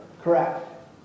Correct